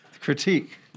Critique